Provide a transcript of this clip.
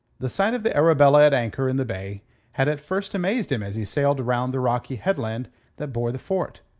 the sight of the arabella at anchor in the bay had at first amazed him as he sailed round the rocky headland that bore the fort.